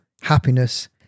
happiness